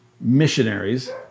missionaries